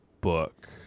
book